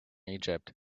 egypt